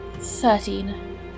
Thirteen